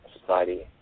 society